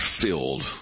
filled